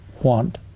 want